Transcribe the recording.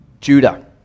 Judah